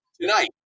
Tonight